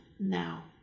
now